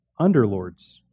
underlords